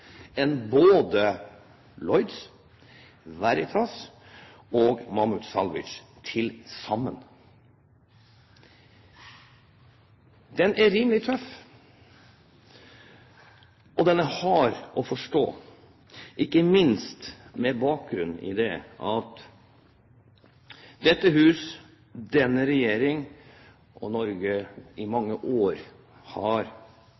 både Lloyd's, Veritas og Mammoet Salvage til sammen. Det er rimelig tøft, og det er hardt å forstå, ikke minst på bakgrunn av at dette hus, denne regjering og Norge i mange år har